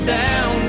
down